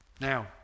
Now